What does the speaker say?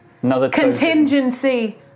contingency